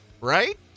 right